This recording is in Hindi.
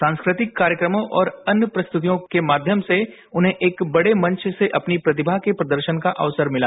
सांस्कृतिक कार्यक्रमों और अन्य प्रस्तुतियों के माध्यम से उन्हें एक बड़े मंच से अपनी प्रतिभा के प्रदर्शन का अवसर मिला